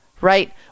right